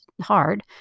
hard